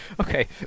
Okay